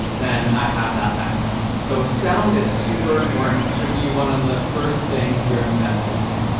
then i have that backup. so sound is super important, should be one of the first things you're investing in.